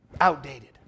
outdated